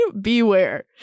beware